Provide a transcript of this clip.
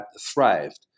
thrived